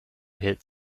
hit